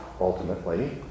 ultimately